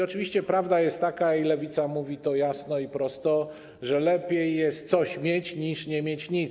Oczywiście prawda jest taka, Lewica mówi to jasno i wprost, że lepiej jest coś mieć, niż nie mieć nic.